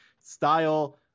style